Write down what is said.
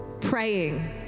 Praying